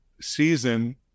season